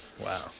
Wow